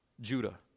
Judah